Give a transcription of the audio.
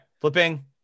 flipping